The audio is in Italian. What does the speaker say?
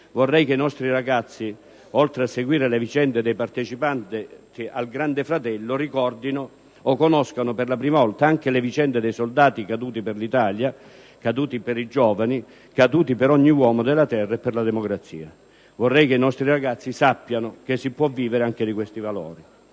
Vorrei che i nostri ragazzi, oltre a seguire le vicende dei partecipanti al «Grande Fratello», ricordino, o conoscano per la prima volta, anche le vicende dei soldati caduti per l'Italia, caduti per i giovani, caduti per ogni uomo della terra e per la democrazia. Vorrei che i nostri ragazzi sappiano che si può vivere anche di questi valori.